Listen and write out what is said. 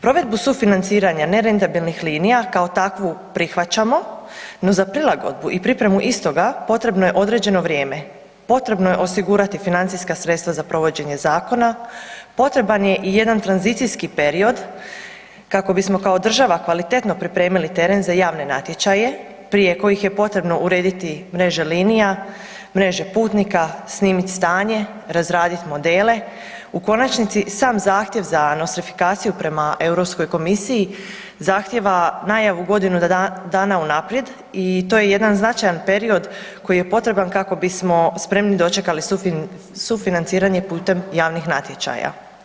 Provedbu sufinanciranja nerentabilnih linija kao takvu prihvaćamo, no za prilagodbu i pripremu istoga potrebno je određeno vrijeme, potrebno je osigurati financijska sredstva za provođenje zakona, potreban je i jedan tranzicijski period kako bismo kao država kvalitetno pripremili teren za javne natječaje prije kojih je potrebno urediti mreže linija, mreže putnika, snimit stanje, razradit modele u konačnici sam zahtjev za nostrifikaciju prema Europskoj komisiji zahtjeva najavu godinu dana unaprijed i to je jedan značajan period kako bismo spremni dočekali sufinanciranje putem javnih natječaja.